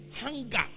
hunger